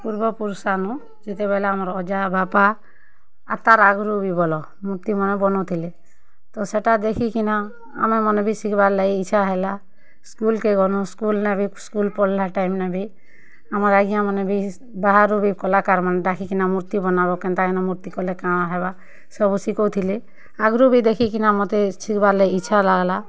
ପୂର୍ବପୁରୁଷନୁ ଯେତେବେଲେ ଆମର୍ ଅଜା ବାପା ଆର୍ ତା'ର୍ ଆଗ୍ରୁ ବି ବଲ ମୂର୍ତ୍ତିମାନ ବନଉଥିଲେ ତ ସେଟା ଦେଖିକିନା ଆମେମାନେ ବି ଶିଖ୍ବାର୍ ଲାଗି ଇଚ୍ଛା ହେଲା ସ୍କୁଲ୍କେ ଗଲୁଁ ସ୍କୁଲ୍ନେ ବି ସ୍କୁଲ୍ ପଢ଼୍ଲା ଟାଇମ୍ନେ ବି ଆମର୍ ଆଜ୍ଞାମାନେ ବି ବାହାରୁ ବି କଲାକାର୍ ମାନ୍ଙ୍କୁ ଡ଼ାକିକିନା ମୂର୍ତ୍ତି ବନାବ କେନ୍ତା କିନା ମୂର୍ତ୍ତି କଲେ କା'ଣା ହେବା ସବୁ ଶିଖଉଥିଲେ ଆଗ୍ରୁ ବି ଦେଖିକିନା ମତେ ଶିଖ୍ବାର୍ ଇଚ୍ଛା ଲାଗ୍ଲା